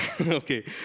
Okay